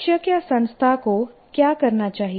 शिक्षक या संस्था को क्या करना चाहिए